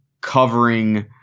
covering